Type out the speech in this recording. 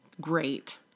great